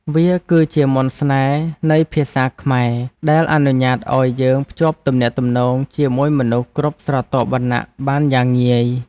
វាគឺជាមន្តស្នេហ៍នៃភាសាខ្មែរដែលអនុញ្ញាតឱ្យយើងភ្ជាប់ទំនាក់ទំនងជាមួយមនុស្សគ្រប់ស្រទាប់វណ្ណៈបានយ៉ាងងាយ។